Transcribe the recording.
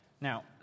Now